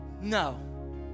No